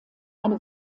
eine